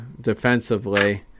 defensively